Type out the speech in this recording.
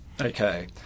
Okay